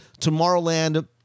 Tomorrowland